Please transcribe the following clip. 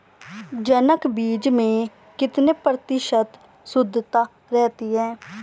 जनक बीज में कितने प्रतिशत शुद्धता रहती है?